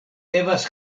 devas